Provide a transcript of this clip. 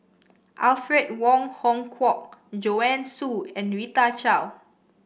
Alfred Wong Hong Kwok Joanne Soo and Rita Chao